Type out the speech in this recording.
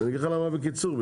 בקיצור,